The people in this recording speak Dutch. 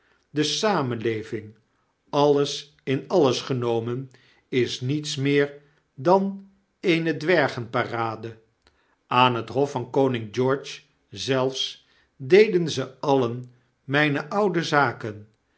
de samenleving alles in alles genomen is niets meer dan eene dwergen-parade aan het hof van koning george zelfs deden ze alien mijne oude zaken